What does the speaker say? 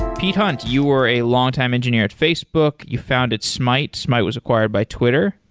pete punt, you were a long time engineer at facebook. you founded smyte. smyte was acquired by twitter.